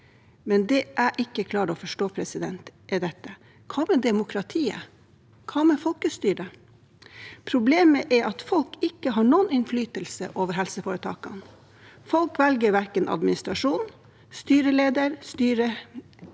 men det jeg ikke klarer å forstå, er dette: Hva med demokratiet? Hva med folkestyret? Problemet er at folk ikke har noen innflytelse over helseforetakene. Folk velger verken administrasjon, styreleder eller